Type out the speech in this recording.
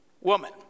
woman